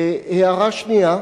והערה שנייה: